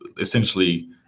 essentially